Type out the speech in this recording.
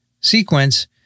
sequence